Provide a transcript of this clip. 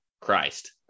Christ